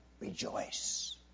rejoice